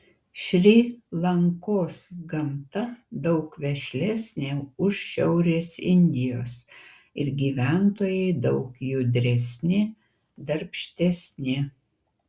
šri lankos gamta daug vešlesnė už šiaurės indijos ir gyventojai daug judresni darbštesni